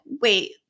wait